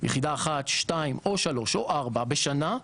אחת שתיים או שלוש או ארבע בשנה,